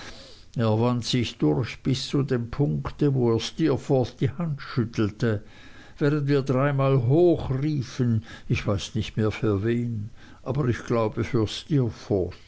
wand sich durch bis zu dem punkte wo er steerforth die hand schüttelte während wir dreimal hoch riefen ich weiß nicht mehr für wen aber ich glaube für